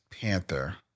Panther